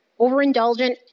overindulgent